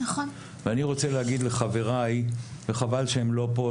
ואני רוצה להגיד לחבריי וחבל שהם לא פה,